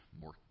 more